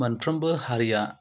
मोनफ्रोमबो हारिया